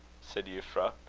said euphra.